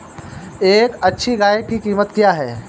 एक अच्छी गाय की कीमत क्या है?